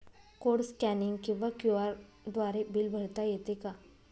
Code scanning किंवा QR द्वारे bill भरता येते का?